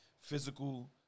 physical